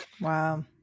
Wow